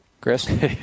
Chris